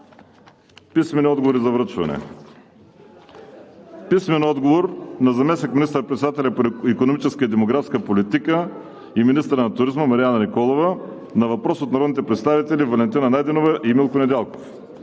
Писмени отговори за връчване от: - заместник министър-председателя по икономическата и демографската политика и министър на туризма Марияна Николова на въпрос от народните представители Валентина Найденова и Милко Недялков;